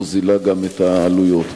מוזילה גם את העלויות.